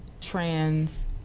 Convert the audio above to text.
trans